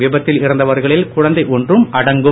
விபத்தில் இறந்தவர்களில் குழந்தை ஒன்றும் அடங்கும்